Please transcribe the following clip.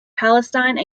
palestine